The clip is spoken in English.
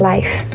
Life